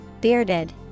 Bearded